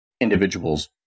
individuals